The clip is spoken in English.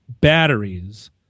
batteries